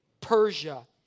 Persia